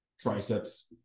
triceps